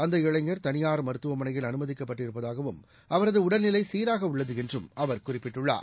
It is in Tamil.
அந்த இளைஞர் தனியார் மருத்துவமனையில் அனுமதிக்கப்பட்டிருப்பதாகவும் அவரது உடல்நிலை சீராக உள்ளது என்றும் அவர் குறிப்பிட்டுள்ளார்